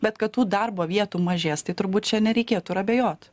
bet kad tų darbo vietų mažės tai turbūt čia nereikėtų ir abejot